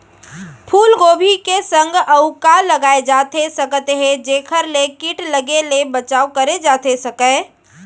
फूलगोभी के संग अऊ का लगाए जाथे सकत हे जेखर ले किट लगे ले बचाव करे जाथे सकय?